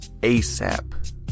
asap